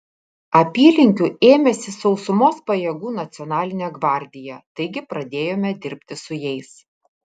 apylinkių ėmėsi sausumos pajėgų nacionalinė gvardija taigi pradėjome dirbti su jais